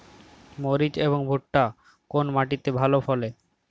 মরিচ এবং ভুট্টা কোন মাটি তে ভালো ফলে?